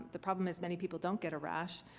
the problem is many people don't get a rash.